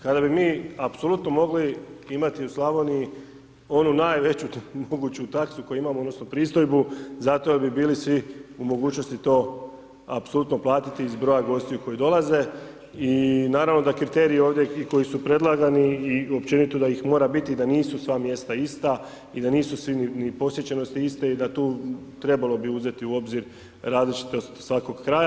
Kada bi mi, apsolutno mogli imati u Slavoniji onu najveću moguću taksu koju imamo, odnosno pristojbu, zato jer bi bili svi u mogućnosti to, apsolutno platiti iz broja gostiju koji dolaze i naravno da kriteriji ovdje koji su predlagani i općenito da ih mora biti i da nisu sva mjesta ista, i da nisu svi ni po posjećenosti iste i da tu trebalo bi uzeti u obzir različitost svakog kraja.